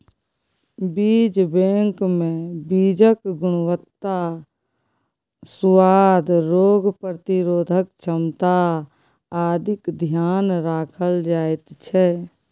बीज बैंकमे बीजक गुणवत्ता, सुआद, रोग प्रतिरोधक क्षमता आदिक ध्यान राखल जाइत छै